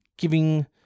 giving